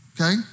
okay